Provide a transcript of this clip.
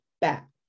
back